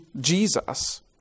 Jesus